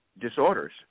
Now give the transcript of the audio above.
disorders